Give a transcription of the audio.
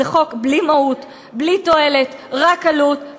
זה חוק בלי מהות, בלי תועלת, רק עלות.